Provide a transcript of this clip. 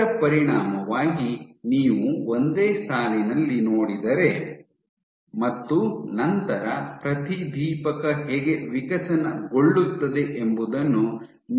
ಇದರ ಪರಿಣಾಮವಾಗಿ ನೀವು ಒಂದೇ ಸಾಲಿನಲ್ಲಿ ನೋಡಿದರೆ ಮತ್ತು ನಂತರ ಪ್ರತಿದೀಪಕ ಹೇಗೆ ವಿಕಸನಗೊಳ್ಳುತ್ತದೆ ಎಂಬುದನ್ನು ನೀವು ನೋಡಬಹುದು